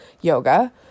yoga